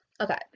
okay